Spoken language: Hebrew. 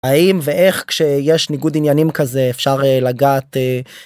האם ואיך כשיש ניגוד עניינים כזה אפשר לגעת